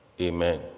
Amen